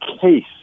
case